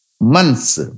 months